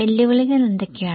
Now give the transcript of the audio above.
വെല്ലുവിളികൾ എന്തൊക്കെയാണ്